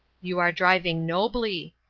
you are driving nobly,